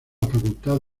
facultad